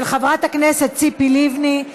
של חברת הכנסת ציפי לבני.